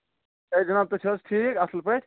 ہے جناب تُہۍ چھِ حظ ٹھیٖک اَصٕل پٲٹھۍ